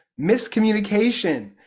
miscommunication